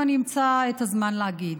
ואני אמצא את הזמן להגיד.